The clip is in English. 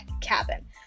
cabin